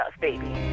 baby